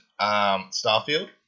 Starfield